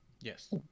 Yes